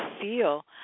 feel